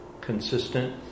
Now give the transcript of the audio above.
consistent